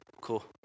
Cool